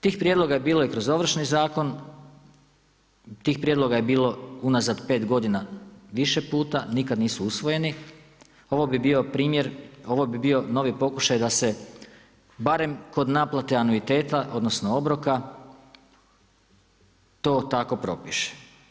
Tih prijedloga za bilo i kroz Ovršni zakon, tih prijedloga je bilo unazad 5 godine više puta, nikad nisu usvojeni, ovo bi bio primjer, ovo bi bio novi pokušaj da se barem kod naplate anuiteta, odnosno obroka to tako propiše.